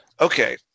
Okay